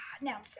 Now